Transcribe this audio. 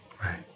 Right